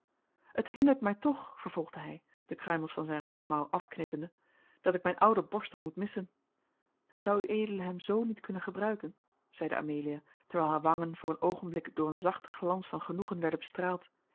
het hindert mij toch vervolgde hij de kruimels van zijn roksmouw afknippende dat ik mijn ouden borstel moet missen zou ued hem z niet kunnen gebruiken zeide amelia terwijl haar wangen voor een oogenblik door een zachten glans van genoegen werden bestraald